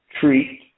treat